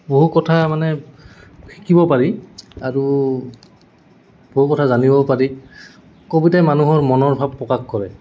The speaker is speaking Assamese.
বহু কথা মানে শিকিব পাৰি আৰু বহু কথা জানিব পাৰি কবিতাই মানুহৰ মনৰ ভাৱ প্ৰকাশ কৰে